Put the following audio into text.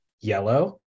yellow